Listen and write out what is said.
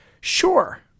sure